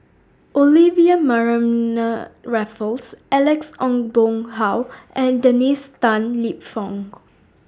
Olivia Mariamne Raffles Alex Ong Boon Hau and Dennis Tan Lip Fong